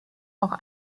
auch